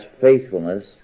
faithfulness